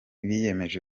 biyemeje